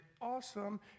awesome